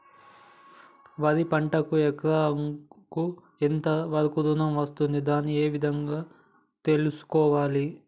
వరి పంటకు ఎకరాకు ఎంత వరకు ఋణం వస్తుంది దాన్ని ఏ విధంగా తెలుసుకోవాలి?